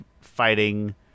fighting